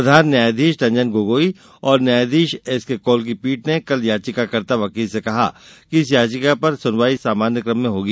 प्रधान न्यायाधीश रजन गोगोई और न्यायाधीश एस के ँकौल की पीठ ने कल याचिकाकर्ता वकील से कहा कि इस याचिका पर सुनवाई सामान्य क्रम में होगी